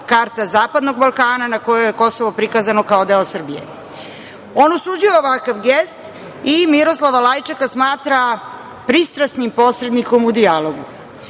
karta Zapadnog Balkana, na kojoj je Kosovo prikazano kao deo Srbije. On osuđuje ovakav gest i Miroslava Lajčaka smatra pristrasnim posrednikom u dijalogu.